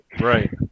Right